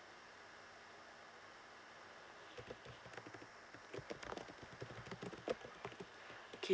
okay